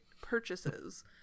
purchases